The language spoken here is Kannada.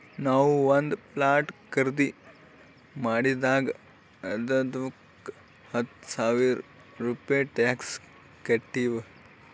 ನಾವು ಒಂದ್ ಪ್ಲಾಟ್ ಖರ್ದಿ ಮಾಡಿದಾಗ್ ಅದ್ದುಕ ಹತ್ತ ಸಾವಿರ ರೂಪೆ ಟ್ಯಾಕ್ಸ್ ಕಟ್ಟಿವ್